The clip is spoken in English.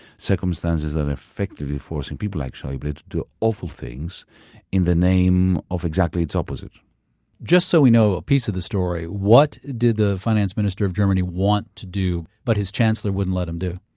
circumstances of effectively forcing people like schaeuble to do awful things in the name of exactly its opposite just so we know a piece of the story, what did the finance minister of germany want to do but his chancellor wouldn't let them do?